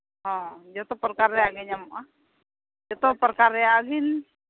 ᱦᱚᱸ ᱡᱚᱛᱚ ᱯᱨᱚᱠᱟᱨ ᱨᱮᱭᱟᱜ ᱜᱮ ᱧᱟᱢᱚᱜᱼᱟ ᱡᱚᱛᱚ ᱯᱨᱚᱠᱟᱨ ᱨᱮᱭᱟᱜ ᱵᱤᱱ